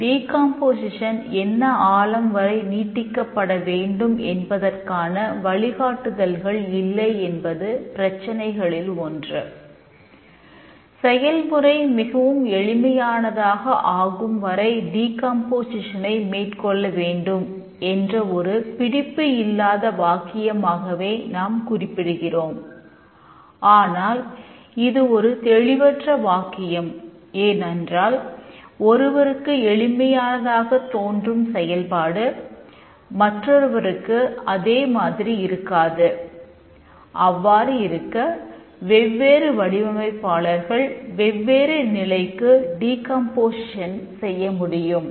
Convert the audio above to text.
D F T செய்ய முடியும்